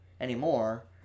anymore